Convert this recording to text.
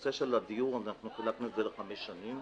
בנושא הדיור חילקנו את זה לחמש שנים,